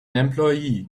employee